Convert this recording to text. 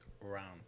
round